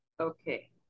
Okay